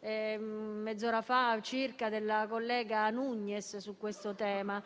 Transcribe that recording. mezz'ora fa della collega Nugnes sul tema.